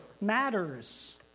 matters